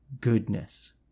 goodness